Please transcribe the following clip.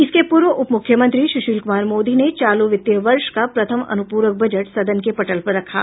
इसके पूर्व उप मुख्यमंत्री सुशील कुमार मोदी ने चालू वित्तीय वर्ष का प्रथम अनुपूरक बजट सदन के पटल पर रखा